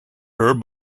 her